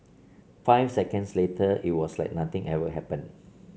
five seconds later it was like nothing ever happened